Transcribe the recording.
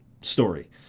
story